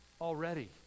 already